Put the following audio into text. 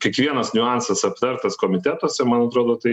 kiekvienas niuansas aptartas komitetuose man atrodo tai